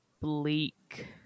bleak